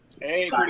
Hey